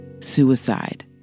suicide